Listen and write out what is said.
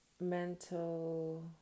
mental